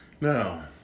Now